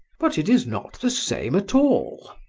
but it is not the same at all!